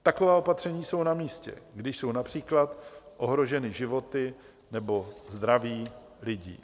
Taková opatření jsou namístě, když jsou například ohroženy životy nebo zdraví lidí.